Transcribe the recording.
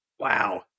Wow